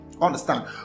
Understand